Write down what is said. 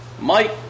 Mike